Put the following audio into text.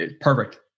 perfect